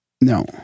No